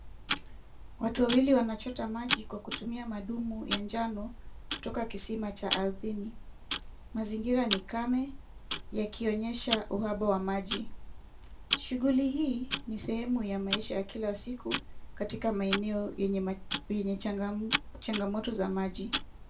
Watu wawili wanachota maji kwa kutumia madumu ya njano, kutoka kisima cha ardhini, mazingira ni kame yakionyesha uhaba wa maji. Shughuli hii ni sehemu ya maisha ya kila siku katika maeneo yenye changamoto za maji.